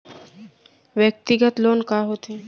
व्यक्तिगत लोन का होथे?